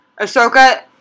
Ahsoka